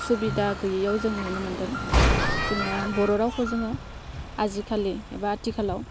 सुबिदा गैयियाव जों नुनो मोन्दों जोङो बर' रावखौ जोङो आजिखालि एबा आथिखालाव